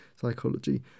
psychology